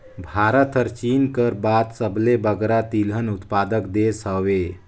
भारत हर चीन कर बाद सबले बगरा तिलहन उत्पादक देस हवे